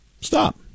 stop